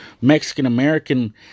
Mexican-American